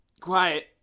quiet